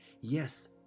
yes